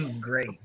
great